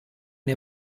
nei